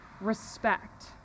respect